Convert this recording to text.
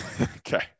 Okay